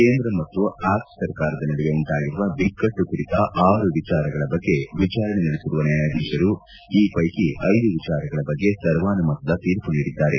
ಕೇಂದ್ರ ಮತ್ತು ಆಪ್ ಸರ್ಕಾರದ ನಡುವೆ ಉಂಟಾಗಿರುವ ಬಿಕ್ಕಟ್ಟು ಕುರಿತ ಆರು ವಿಚಾರಗಳ ಬಗ್ಗೆ ವಿಚಾರಣೆ ನಡೆಸಿರುವ ನ್ಯಾಯಾಧೀಶರು ಈ ಪೈಕಿ ಐದು ವಿಚಾರಗಳ ಬಗ್ಗೆ ಸರ್ವಾನುಮತದ ತೀರ್ಮ ನೀಡಿದ್ದಾರೆ